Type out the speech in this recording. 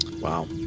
Wow